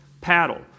paddle